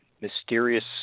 mysterious